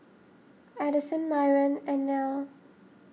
Addyson Myron and Nell